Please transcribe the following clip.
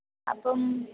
അപ്പം